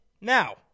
Now